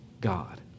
God